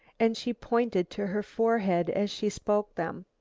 and she pointed to her forehead as she spoke them.